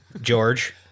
George